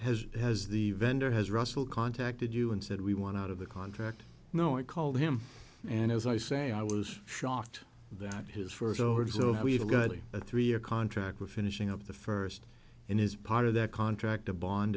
it has the vendor has russell contacted you and said we want out of the contract you know i called him and as i say i was shocked that his first order so we've got a three year contract we're finishing up the first in his part of their contract a bond